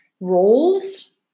roles